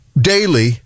daily